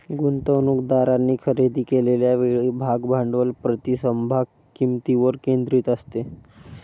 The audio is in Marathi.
गुंतवणूकदारांनी खरेदी केलेल्या वेळी भाग भांडवल प्रति समभाग किंमतीवर केंद्रित असते